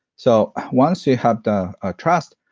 so, once you have the ah trust,